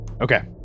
Okay